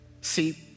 See